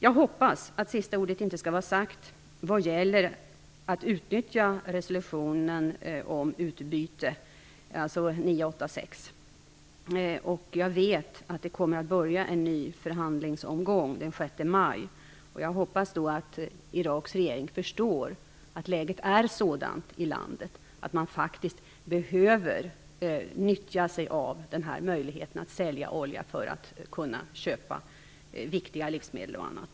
Jag hoppas att sista ordet inte skall vara sagt vad gäller att utnyttja resolutionen om utbyte, alltså resolution 986. Jag vet att en ny förhandlingsomgång kommer att börja den 6 maj. Jag hoppas att Iraks regering då förstår att läget i landet är sådant att man faktiskt behöver nyttja möjligheten att sälja olja för att kunna köpa viktiga livsmedel och annat.